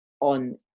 on